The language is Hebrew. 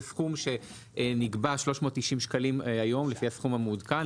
הוא סכום שנקבע 390 שקלים היום לפי הסכום המעודכן,